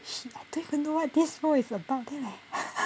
shit I don't even know what this role is about then like